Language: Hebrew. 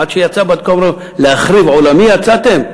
עד שיצאה בת-קול ואמרה לו: להחריב עולמי יצאתם?